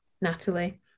Natalie